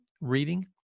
reading